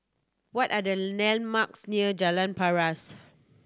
what are the landmarks near Jalan Paras